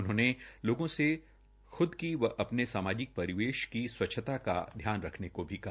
उन्होंने लोगों से ख्द की व अपने सामाजिक परिवेश की स्वच्छता का ध्यान रख्ने को भी कहा